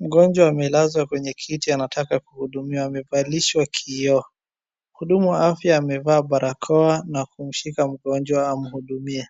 Mgonjwa amelazwa kwenye kiti anataka kuhudumiwa. Amevalishwa kioo. Mhudumu wa afya amevaa barakoa na kumshika mgonjwa amhudumie.